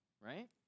right